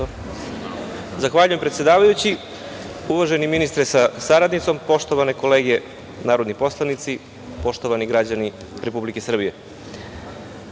Zahvaljujem, predsedavajući. Uvaženi ministre sa saradnicom, poštovane kolege narodni poslanici, poštovani građani Republike Srbije,